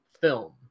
film